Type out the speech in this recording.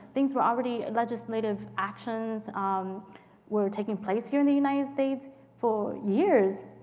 things were already legislative actions um were taking place here in the united states for years,